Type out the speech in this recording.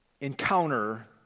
encounter